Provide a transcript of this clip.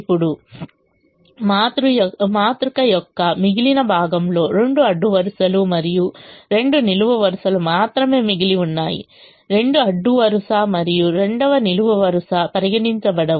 ఇప్పుడు మాతృక యొక్క మిగిలిన భాగంలో రెండు అడ్డు వరుసలు మరియు రెండు నిలువు వరుసలు మాత్రమే మిగిలి ఉన్నాయి రెండవ అడ్డు వరుస మరియు రెండవ నిలువు వరుస పరిగణించబడవు